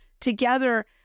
together